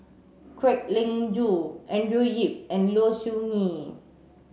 Kwek Leng Joo Andrew Yip and Low Siew Nghee